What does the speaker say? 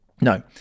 No